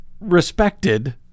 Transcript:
respected